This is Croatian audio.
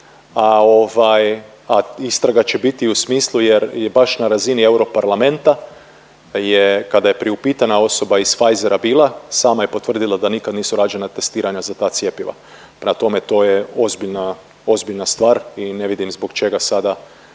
istraga će biti i u smislu jer je baš na razini europarlamenta je kada je priupitana osoba iz Pfizera bila, sama je potvrdila da nikad nisu rađena testiranja za ta cjepiva, prema tome, to je ozbiljna, ozbiljna stvar i ne vidim zbog čega sada